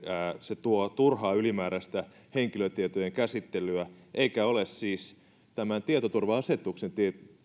se tuo turhaa ylimääräistä henkilötietojen käsittelyä eikä ole siis tämän tietoturva asetuksen viidennen